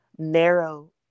narrow